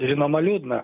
žinoma liūdna